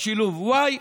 לשילוב, y,